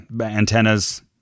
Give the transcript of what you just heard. antennas